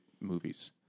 Movies